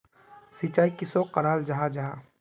सिंचाई किसोक कराल जाहा जाहा?